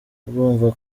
urumva